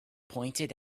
pointed